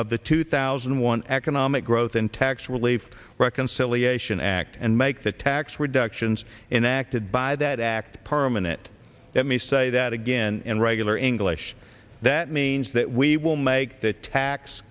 of the two thousand and one economic growth and tax relief reconciliation act and make the tax reductions inactive by that act permanent let me say that again in regular english that means that we will make the tax